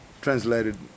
translated